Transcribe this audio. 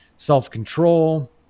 self-control